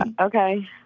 okay